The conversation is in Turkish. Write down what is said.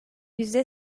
yüzde